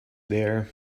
there